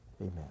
amen